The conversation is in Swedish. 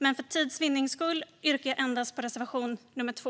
Men för tids vinnande yrkar jag bifall endast till reservation nr 2.